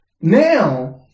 Now